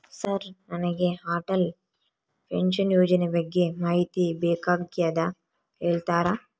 Sir ನನಗೆ Atal pension ಯೋಜನೆ ಬಗ್ಗೆ ಮಾಹಿತಿ ಬೇಕಾಗ್ಯದ ಹೇಳ್ತೇರಾ?